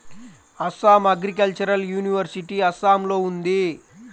Assam agricultural university అస్సాంలో ఉంది